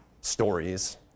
stories